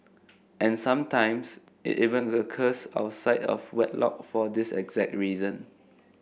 and sometimes it even occurs outside of wedlock for this exact reason